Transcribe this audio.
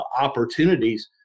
opportunities